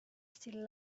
still